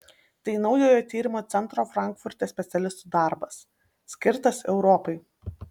tai naujojo tyrimų centro frankfurte specialistų darbas skirtas europai